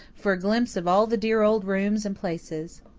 for a glimpse of all the dear old rooms and places.